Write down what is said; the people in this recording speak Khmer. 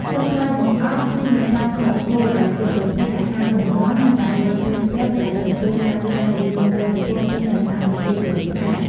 ចុងក្រោយបង្អស់គឺនំប័ុងខគោដែលជាប្រភេទអាហារសម្រន់ និងអាហារពេលព្រឹកដែលទទួលបានការនិយមបរិភោគពីសំណាក់ប្រជាជនខ្មែរ។